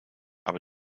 aber